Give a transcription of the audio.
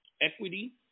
equity